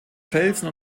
felsen